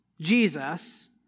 Jesus